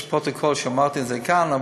יש פרוטוקול שאמרתי את זה, כאן.